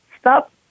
Stop